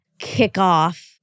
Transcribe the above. kickoff